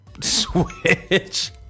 switch